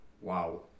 Wow